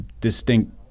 distinct